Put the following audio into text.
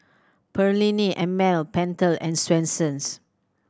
Perllini and Mel Pentel and Swensens